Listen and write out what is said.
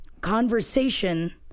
conversation